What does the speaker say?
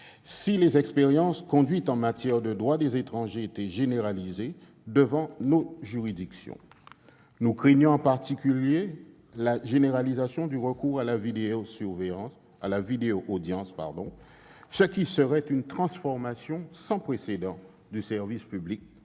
si les expériences conduites en matière de droit des étrangers étaient généralisées devant nos juridictions. Nous craignons en particulier la généralisation du recours à la vidéo-audience, ce qui serait une transformation sans précédent du service public